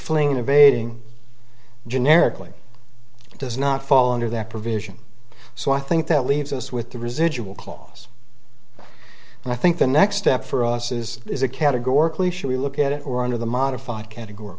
fling innovating generically does not fall under that provision so i think that leaves us with the residual clause and i think the next step for us is is a categorically should we look at it or under the modified categor